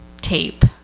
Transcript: tape